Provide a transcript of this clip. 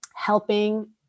helping